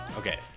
Okay